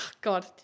God